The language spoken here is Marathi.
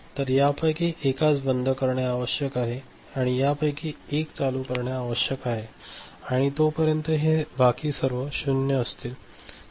तर यापैकी एकास बंद करणे आवश्यक आहे आणि यापैकी एक चालू असणे आवश्यक आहे आणि तोपर्यंत हे बाकी सर्व 0 असतील